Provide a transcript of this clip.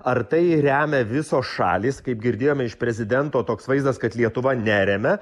ar tai remia visos šalys kaip girdėjome iš prezidento toks vaizdas kad lietuva neremia